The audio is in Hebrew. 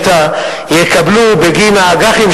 אג"חים